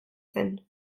zen